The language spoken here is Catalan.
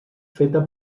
feta